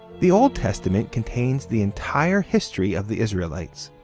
the old testament contains the entire history of the israelites.